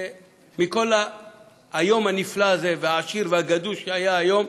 מכל היום הנפלא הזה, העשיר והגדוש שהיה היום,